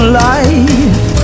life